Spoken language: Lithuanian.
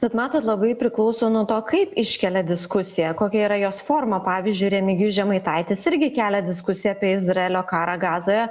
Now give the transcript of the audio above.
bet matot labai priklauso nuo to kaip iškelia diskusiją kokia yra jos forma pavyzdžiui remigijus žemaitaitis irgi kelia diskusiją apie izraelio karą gazoje